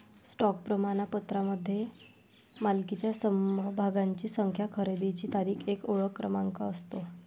stock प्रमाणपत्रामध्ये मालकीच्या समभागांची संख्या, खरेदीची तारीख, एक ओळख क्रमांक असतो